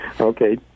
Okay